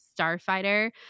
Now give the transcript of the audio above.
Starfighter